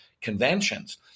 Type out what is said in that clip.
conventions